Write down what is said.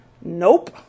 Nope